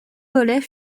volets